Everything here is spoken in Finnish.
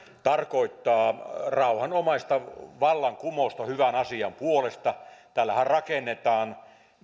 tarkoittaa rauhanomaista vallankumousta hyvän asian puolesta tällähän rakennetaan